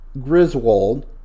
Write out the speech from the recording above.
Griswold